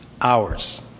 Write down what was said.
Hours